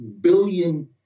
billion